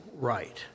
right